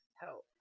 help